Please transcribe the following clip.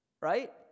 Right